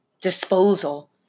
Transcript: disposal